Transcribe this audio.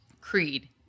Creed